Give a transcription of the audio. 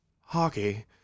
hockey